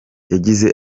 yagize